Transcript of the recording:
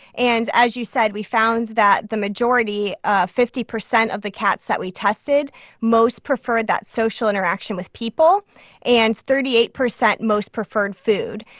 and as you said, we found that the majority ah fifty percent of the cats that we tested most preferred that social interaction with people and thirty eight percent most preferred food.